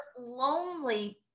lonely